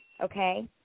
okay